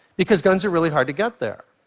because guns are really hard to get there.